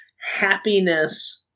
happiness